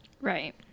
Right